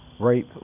rape